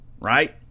Right